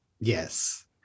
Yes